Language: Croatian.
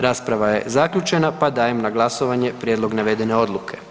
Rasprava je zaključena pa dajem na glasovanje prijedlog navedene Odluke.